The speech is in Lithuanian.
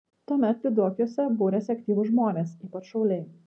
tuomet lyduokiuose būrėsi aktyvūs žmonės ypač šauliai